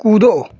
कूदो